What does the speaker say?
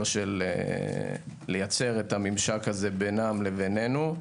של לייצר את הממשק הזה בינם לבינינו.